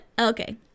Okay